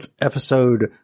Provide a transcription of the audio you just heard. episode